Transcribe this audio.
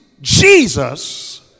Jesus